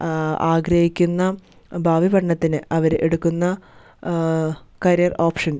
ആഗ്രഹിക്കുന്ന ഭാവി പഠനത്തിന് അവർ എടുക്കുന്ന കരിയര് ഓപ്ഷന്